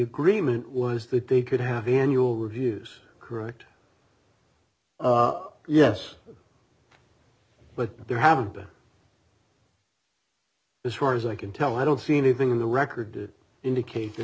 agreement was that they could have annual reviews correct yes but there have been as far as i can tell i don't see anything in the record indicate that